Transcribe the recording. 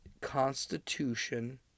Constitution